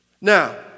Now